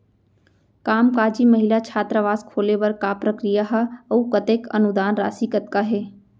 कामकाजी महिला छात्रावास खोले बर का प्रक्रिया ह अऊ कतेक अनुदान राशि कतका हे?